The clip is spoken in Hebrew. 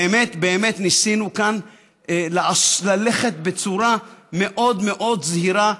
באמת באמת ניסינו כאן ללכת בצורה מאוד מאוד זהירה,